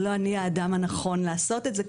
לא אני האדם הנכון לעשות את זה.